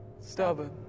stubborn